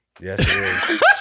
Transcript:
Yes